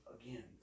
again